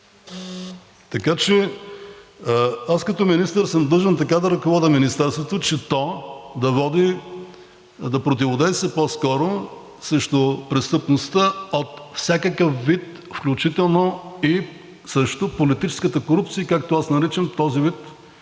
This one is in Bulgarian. Така че аз като министър съм длъжен така да ръководя Министерството, че то да води, да противодейства по-скоро срещу престъпността от всякакъв вид, включително и срещу политическата корупция, както аз наричам този вид